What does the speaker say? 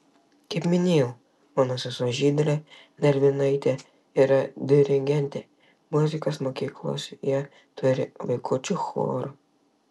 kaip minėjau mano sesuo žydrė dervinytė yra dirigentė muzikos mokykloje turi vaikučių chorą